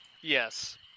Yes